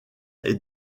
est